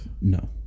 No